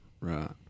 right